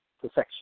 perfection